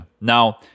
Now